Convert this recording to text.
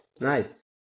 Nice